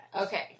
Okay